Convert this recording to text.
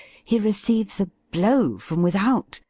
he receives a blow from without,